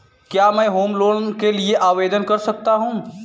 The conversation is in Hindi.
क्या मैं होम लोंन के लिए आवेदन कर सकता हूं?